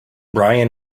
brian